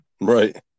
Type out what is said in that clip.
Right